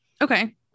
Okay